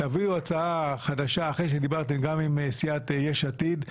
תביאו הצעה חדשה אחרי שדיברתם גם עם סיעת יש עתיד,